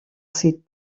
seat